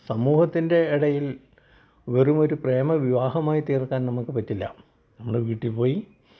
സമൂഹത്തിൻറെ ഇടയിൽ വെറുമൊരു പ്രേമ വിവാഹമായി തീർക്കാൻ നമുക്ക് പറ്റില്ല നമ്മൾ വീട്ടിൽ പോയി